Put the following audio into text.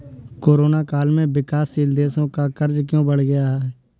Corona काल में विकासशील देशों का कर्ज क्यों बढ़ गया है?